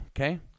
okay